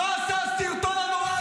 מה זה הסרטון הנורא הזה?